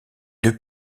deux